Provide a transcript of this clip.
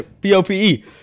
P-O-P-E